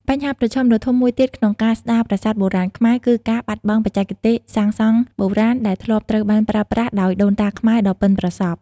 បញ្ហាប្រឈមដ៏ធំមួយទៀតក្នុងការស្ដារប្រាសាទបុរាណខ្មែរ គឺការបាត់បង់បច្ចេកទេសសាងសង់បុរាណដែលធ្លាប់ត្រូវបានប្រើប្រាស់ដោយដូនតាខ្មែរដ៏ប៉ិនប្រសប់។